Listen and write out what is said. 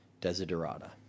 Desiderata